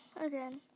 again